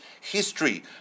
history